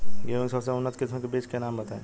गेहूं के सबसे उन्नत किस्म के बिज के नाम बताई?